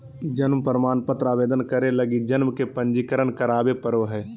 जन्म प्रमाण पत्र आवेदन करे लगी जन्म के पंजीकरण करावे पड़ो हइ